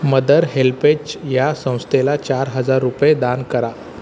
mother HelpAge या संस्थेला चार हजार रुपये दान करा